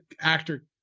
actor